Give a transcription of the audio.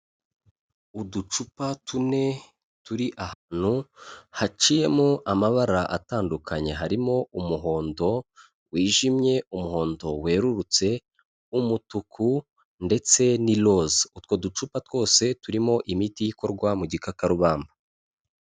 Uducupa tune turi ahantu haciyemo amabara atandukanye, harimo umuhondo wijimye, umuhondo werurutse, umutuku ndetse n'iroza, utwo ducupa twose turimo imiti ikorwa mu gikakarubamba.